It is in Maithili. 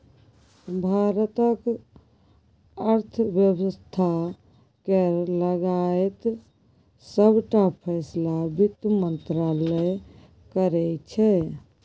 भारतक अर्थ बेबस्था केर लगाएत सबटा फैसला बित्त मंत्रालय करै छै